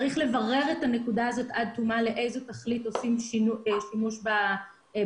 צריך לברר עד תום את השאלה לאיזה תכלית עושים שימוש בנתונים.